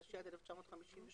התשי"ד-1953.